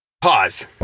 pause